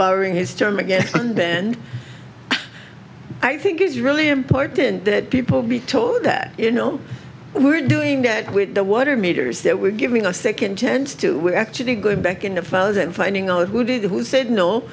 borrowing his term again and then i think it's really important that people be told that you know we're doing that with the water meters that we're giving a second chance to actually go back in the files and finding out who did the who said no